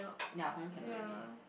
ya confirm cannot already